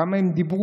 כמה הם דיברו,